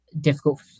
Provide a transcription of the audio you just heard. difficult